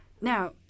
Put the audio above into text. Now